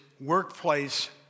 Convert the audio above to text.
workplace